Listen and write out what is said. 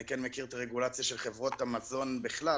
אני כן מכיר את הרגולציה של חברות המזון בכלל,